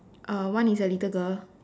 uh one is a little girl